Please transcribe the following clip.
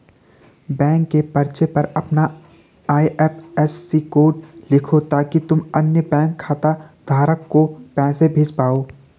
bank के पर्चे पर अपना आई.एफ.एस.सी कोड लिखो ताकि तुम अन्य बैंक खाता धारक को पैसे भेज पाओ